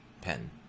pen